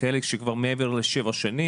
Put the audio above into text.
כאלה שכבר מעבר לשבע שנים,